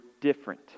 different